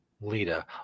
Lita